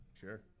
Sure